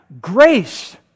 grace